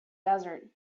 desert